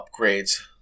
upgrades